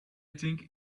think